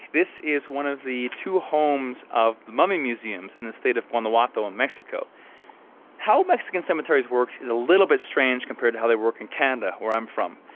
this is one of the two homes of the mummy museums in the state of guanajuato in mexico how mexican cemeteries work is a little bit strange compared to how they work in canada, where i'm from.